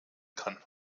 kann